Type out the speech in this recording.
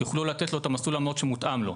יוכלו לתת לו מסלול עמלות שמותאם לו.